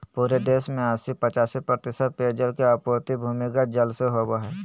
पूरे देश में अस्सी पचासी प्रतिशत पेयजल के आपूर्ति भूमिगत जल से होबय हइ